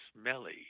smelly